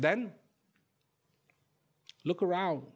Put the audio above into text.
then look around